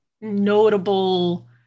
notable